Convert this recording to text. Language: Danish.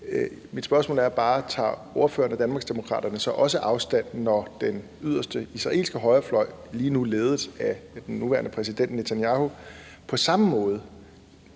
Mit spørgsmål er bare: Tager ordføreren og Danmarksdemokraterne så også afstand, når den yderste israelske højrefløj, lige nu ledet af den nuværende premierminister, Netanyahu, på samme måde